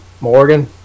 Morgan